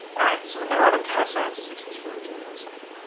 all right. so the number one data scientist excuse for legitimately slacking